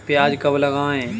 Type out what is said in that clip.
प्याज कब लगाएँ?